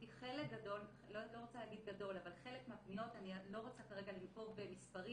אני לא רוצה כרגע לנקוב במספרים,